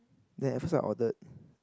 they efficient ordered